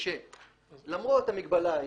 שלמרות המגבלה ההיא,